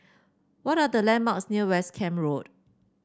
what are the landmarks near West Camp Road